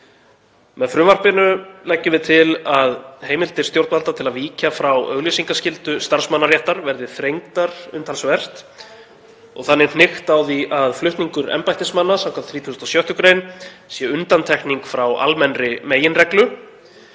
Með frumvarpinu leggjum við til að heimildir stjórnvalda til að víkja frá auglýsingaskyldu starfsmannaréttar verði þrengdar umtalsvert og þannig hnykkt á því að flutningur embættismanna skv. 36. gr. sé undantekning frá almennri meginreglu